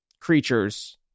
creatures